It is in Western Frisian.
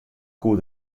koe